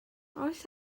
oes